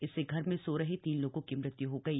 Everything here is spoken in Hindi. इससे घर में सो रहे तीन लोगों की मृत्य् हो गई